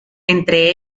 entre